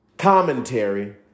commentary